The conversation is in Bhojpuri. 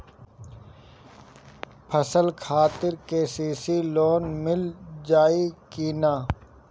फसल खातिर के.सी.सी लोना मील जाई किना?